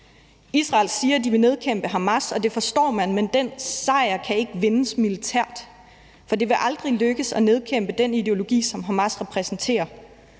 Israel siger, at de vil nedkæmpe Hamas, og det forstår man, men den sejr kan ikke vindes militært, for det vil aldrig lykkes at nedkæmpe den ideologi, som Hamas repræsenterer.